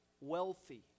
wealthy